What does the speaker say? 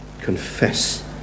Confess